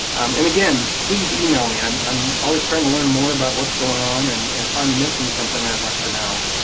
and again, please email me. i'm i'm always trying to learn more about what's going on, and if i'm missing something i'd like to know.